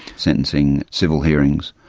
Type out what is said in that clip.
sentencing, civil hearings,